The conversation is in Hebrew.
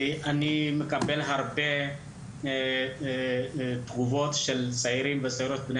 אני מקבל הרבה תגובות של צעירים וצעירות בני